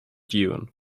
dune